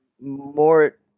more